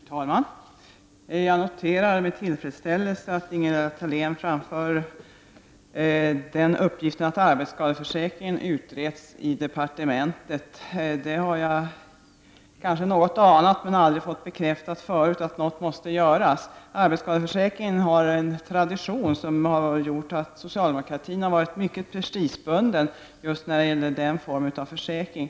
Herr talman! Jag noterar med tillfredsställelse att Ingela Thalén framför att frågan om arbetsskadeförsäkringen utreds i departementet. Jag har kanske anat men aldrig tidigare fått bekräftat att något måste göras i detta sammanhang. Arbetsskadeförsäkringen har en tradition som har gjort socialdemokratin mycket prestigebunden just när det gäller den formen av försäkring.